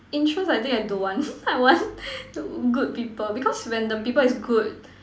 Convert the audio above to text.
interest I think I don't want I want to good people because when the people is good